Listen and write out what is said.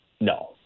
No